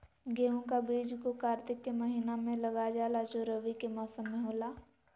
गेहूं का बीज को कार्तिक के महीना में लगा जाला जो रवि के मौसम में होला